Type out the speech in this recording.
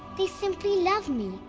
they simply love me.